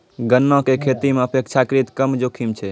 गन्ना के खेती मॅ अपेक्षाकृत कम जोखिम छै